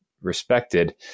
Respected